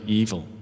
evil